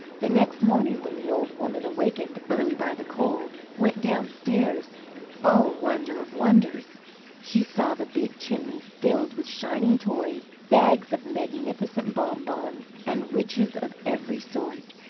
the next morning when the old woman, awakened early by the cold, went downstairs oh, wonder of wonders she saw the big chimney filled with shining toys, bags of magnificent bonbons, and riches of every sort,